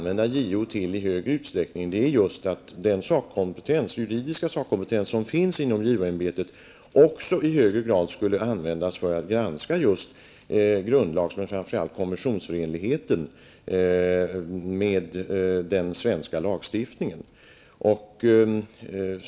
Vad vi vädjar om är att den juridiska sakkompetens som finns inom JO-ämbetet i högre grad skall användas för att granska den svenska lagstiftningens förenlighet med konventionerna.